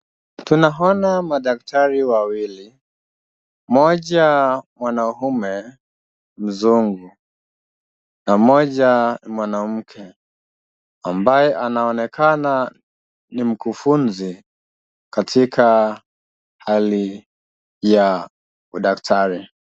Tunaona madaktari wawili ; mmoja mwanaume mzungu na mmoja mwanamke ambaye anaonekana ni mkufunzi katika hali ya udaktari.